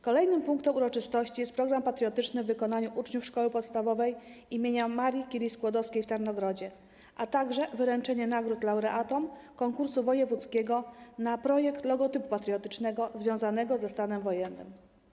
Kolejnym punktem uroczystości jest program patriotyczny w wykonaniu uczniów Szkoły Podstawowej im. Marii Curie-Skłodowskiej w Tarnogrodzie, a także wręczenie nagród laureatom „Konkursu wojewódzkiego na projekt logotypu patriotycznego związanego ze stanem wojennym”